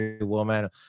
woman